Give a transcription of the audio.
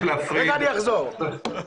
אם אתה רוצה, אני אחזור על הדברים.